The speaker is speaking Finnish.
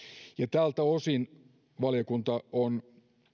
tältä osin valiokunta on